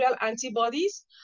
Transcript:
antibodies